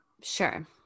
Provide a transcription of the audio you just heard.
Sure